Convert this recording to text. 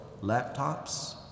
laptops